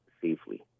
safely